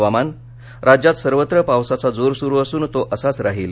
हवामान राज्यात सर्वत्र पावसाचा जोर सुरु असून तो असाच राहील